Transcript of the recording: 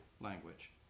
language